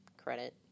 credit